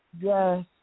Yes